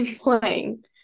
playing